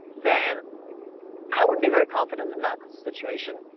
then i wouldn't be very confident in that situation.